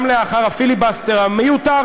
גם לאחר הפיליבסטר המיותר,